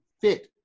fit